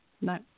No